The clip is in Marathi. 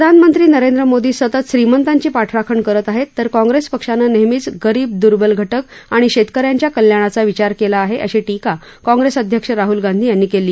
प्रधानमंत्री नरेंद्र मोदी सतत श्रीमंतांची पाठराखण करत आहेत तर काँग्रेस पक्षानं नेहमीच गरीब दुर्बल घटक आणि शेतक यांच्या कल्याणाचा विचार केला आहे अशी टीका काँग्रेस अध्यक्ष राहुल गांधी यांनी केली